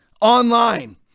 online